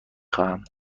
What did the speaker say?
خواهم